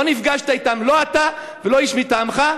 לא נפגשת אתם, לא אתה ולא איש מטעמך,